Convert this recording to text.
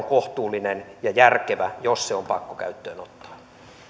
kohtuullinen ja järkevä jos se on pakko käyttöön ottaa